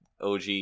OG